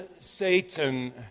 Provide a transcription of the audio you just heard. Satan